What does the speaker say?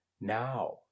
Now